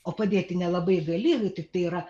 o padėti nelabai gali tiktai yra